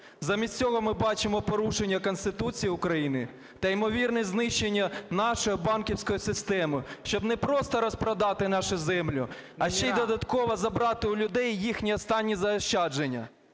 Замість цього ми бачимо порушення Конституції України та ймовірне знищення нашої банківської системи. Щоб не просто розпродати нашу землю, а ще й додатково забрати у людей їхні останні заощадження.